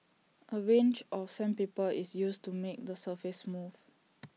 A range of sandpaper is used to make the surface smooth